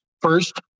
First